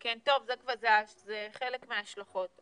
טוב, זה חלק מההשלכות.